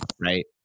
right